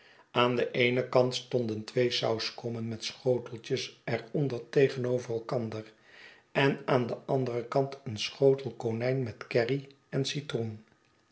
aan den eenen kant stonden twee sauskommen met schoteitjes er onder tegenover elkander en aan den anderen kant een schotel konijn met kerry en citroen